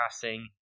passing